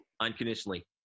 unconditionally